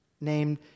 named